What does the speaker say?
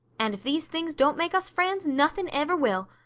and if these things don't make us friends nothing ever will.